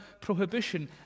prohibition